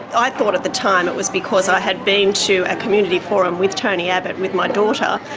i thought at the time it was because i had been to a community forum with tony abbott with my daughter.